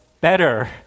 better